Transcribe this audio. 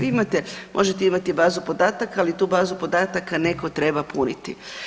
Vi imate, možete imati bazu podataka, ali tu bazu podataka neko treba puniti.